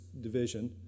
division